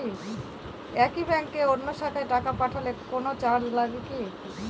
একই ব্যাংকের অন্য শাখায় টাকা পাঠালে কোন চার্জ লাগে কি?